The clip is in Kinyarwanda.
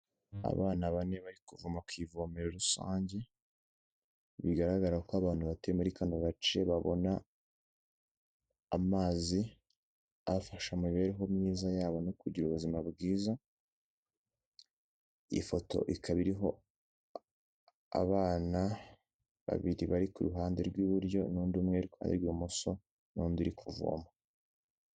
Abana bane bari kuvoma ku ivomero rusange, bigaragara ko abantu batuye muri kano gace babona amazi abafasha mu mibereho myiza yabo no kugira ubuzima bwiza, iyi ifoto ikaba iriho abana babiri bari ku ruhande rw'iburyo n'undi umwe uri ku ruhande rw'ibumoso n'undi uri kuvoma.